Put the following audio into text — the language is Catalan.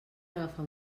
agafar